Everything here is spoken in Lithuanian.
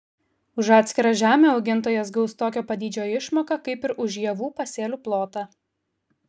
už atskirtą žemę augintojas gaus tokio pat dydžio išmoką kaip ir už javų pasėlių plotą